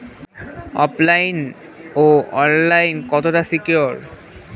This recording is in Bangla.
ওফ লাইন আর অনলাইন কতটা সিকিউর?